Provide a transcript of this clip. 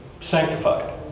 sanctified